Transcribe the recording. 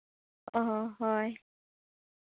ᱚᱸᱻ ᱦᱚᱸ ᱦᱳᱭ